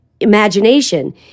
imagination